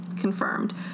confirmed